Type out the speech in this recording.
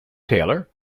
taylor